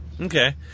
Okay